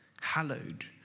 Hallowed